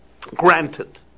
Granted